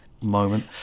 moment